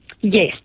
Yes